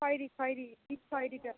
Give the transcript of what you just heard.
খয়েরি খয়েরি ডিপ খয়েরিটা